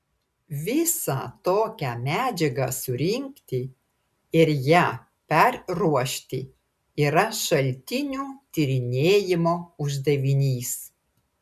visą tokią medžiagą surinkti ir ją perruošti yra šaltinių tyrinėjimo uždavinys